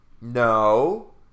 No